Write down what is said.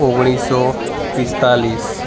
ઓગણીસ સો પિસ્તાળીસ